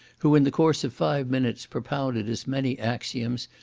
who in the course of five minutes propounded as many axioms,